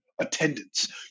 attendance